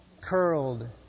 curled